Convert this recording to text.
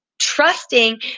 trusting